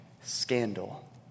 scandal